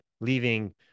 leaving